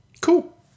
Cool